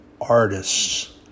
artists